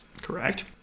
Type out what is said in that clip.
Correct